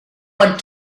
went